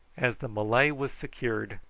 as the malay was secured,